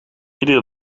iedere